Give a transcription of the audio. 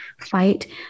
fight